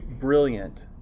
brilliant